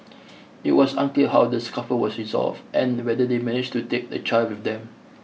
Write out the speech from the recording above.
it was unclear how the scuffle was resolved and whether they managed to take the child with them